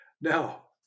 Now